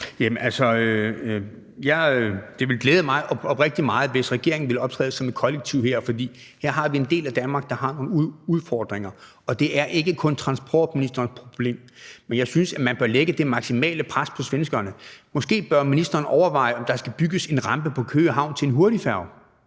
(V): Det ville glæde mig oprigtig meget, hvis regeringen ville optræde som et kollektiv her, fordi her har vi en del af Danmark, der har nogle udfordringer, og det er ikke kun transportministerens problem. Men jeg synes, at man bør lægge det maksimale pres på svenskerne. Måske bør ministeren overveje, om der skal bygges en rampe på Køge Havn til en hurtigfærge.